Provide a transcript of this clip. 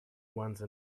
once